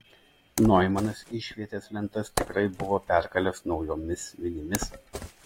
noimanas išvietės lentas tikrai buvo perkalęs naujomis vinimis